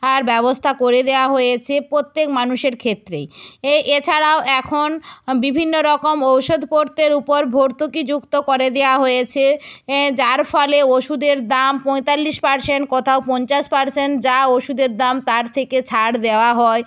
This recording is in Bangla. আর ব্যবস্থা করে দেওয়া হয়েছে প্রত্যেক মানুষের ক্ষেত্রেই এছাড়াও এখন বিভিন্ন রকম ঔষধপত্রের উপর ভর্তুকি যুক্ত করে দেওয়া হয়েছে যার ফলে ওষুধের দাম পঁয়তাল্লিশ পার্সেন কোথাও পঞ্চাশ পার্সেন যা ওষুধের দাম তার থেকে ছাড় দেওয়া হয়